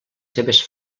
seves